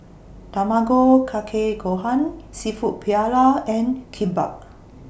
Tamago Kake Gohan Seafood Paella and Kimbap